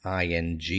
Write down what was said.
ING